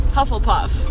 Hufflepuff